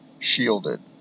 Shielded